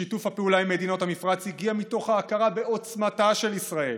שיתוף הפעולה עם מדינות המפרץ הגיע מתוך ההכרה בעוצמתה של ישראל,